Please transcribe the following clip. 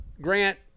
Grant